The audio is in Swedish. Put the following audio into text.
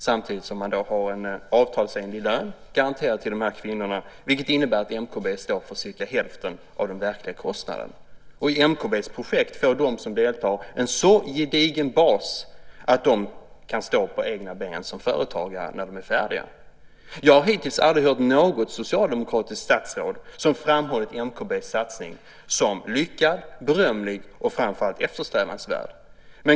Samtidigt har dessa kvinnor garanterad avtalsenlig lön, vilket innebär att MKB står för cirka hälften av de verkliga kostnaderna. De som deltar får i MKB:s projekt en så gedigen bas att de kan stå på egna ben som företagare när de är färdiga. Jag har hittills aldrig hört något socialdemokratiskt statsråd framhålla MKB:s satsning som lyckad, berömlig och framför allt eftersträvansvärd.